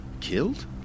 killed